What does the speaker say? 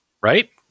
right